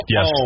Yes